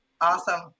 Awesome